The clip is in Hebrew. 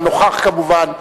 כמובן,